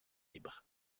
libres